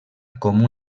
com